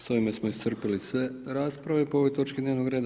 S ovime smo iscrpili sve rasprave po ovoj točki dnevno reda.